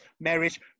marriage